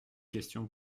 questions